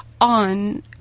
on